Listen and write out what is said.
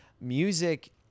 Music